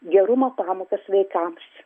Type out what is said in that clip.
gerumo pamokas vaikams